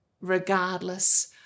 regardless